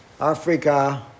Africa